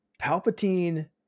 Palpatine